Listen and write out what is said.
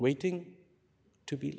waiting to be